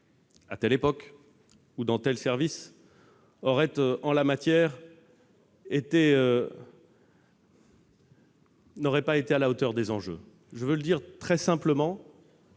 à telle époque ou dans tel service, n'aurait pas été à la hauteur des enjeux. Je veux le dire très simplement